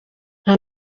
nka